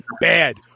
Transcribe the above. Bad